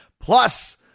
plus